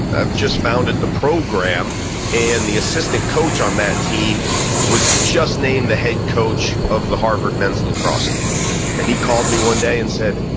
i've just founded the program and the assistant coach on that team was just named the head coach of the harvard men's lacrosse team and he called me one day and said,